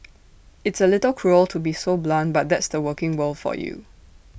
it's A little cruel to be so blunt but that's the working world for you